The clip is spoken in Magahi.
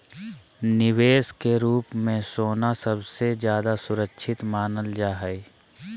निवेश के रूप मे सोना सबसे ज्यादा सुरक्षित मानल जा हय